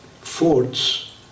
forts